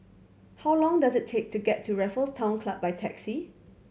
how long does it take to get to Raffles Town Club by taxi